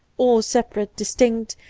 all separate, distinct,